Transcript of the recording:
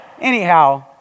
anyhow